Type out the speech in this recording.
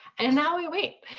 and now we wait.